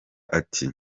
ati